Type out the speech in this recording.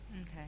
Okay